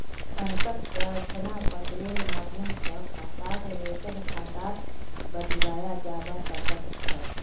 बैंकत प्रार्थना पत्रेर माध्यम स खाताक वेतन खातात बदलवाया जबा स ख छ